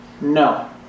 No